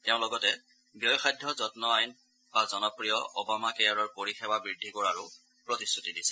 তেওঁ লগতে ব্যয়সাধ্য যম্ম আইন বা জনপ্ৰিয় অবামা কেয়াৰ ৰ পৰিসেৱা বৃদ্ধি কৰাৰো প্ৰতিশ্ৰতি দিছে